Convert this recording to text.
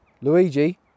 Luigi